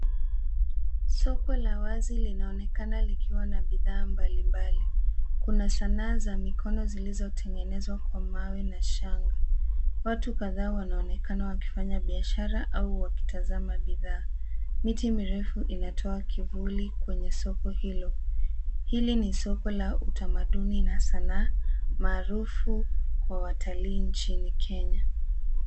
Soko la wazi linaonekana likiwa na bidhaa mbalimbali. Kuna sanaa za mikono zilizotengenezwa kwa mawe na shanga. Watu kadhaa wanaonekana wakifanya biashara au wakitazama bidhaa. Miti mirefu inatoa kivuli kwenye soko hilo. Hili ni soko la utamaduni na sanaa maarufu kwa watalii nchini Kenya.